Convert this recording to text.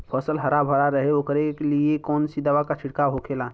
फसल हरा भरा रहे वोकरे लिए कौन सी दवा का छिड़काव होखेला?